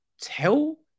tell